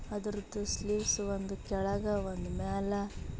ಅದ್ರದ್ದು ಸ್ಲೀವ್ಸ್ ಒಂದು ಕೆಳಗೆ ಒಂದು ಮೇಲೆ